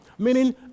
Meaning